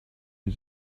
you